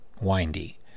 windy